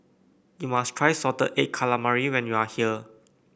you must try Salted Egg Calamari when you are here